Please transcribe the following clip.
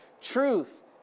Truth